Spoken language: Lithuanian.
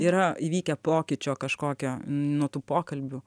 yra įvykę pokyčio kažkokio nuo tų pokalbių